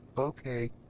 okay,